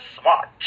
smart